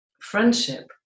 friendship